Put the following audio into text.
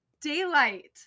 Daylight